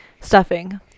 stuffing